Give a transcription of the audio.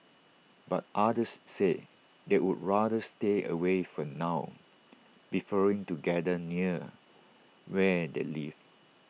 but others said they would rather stay away for now preferring to gather near where they live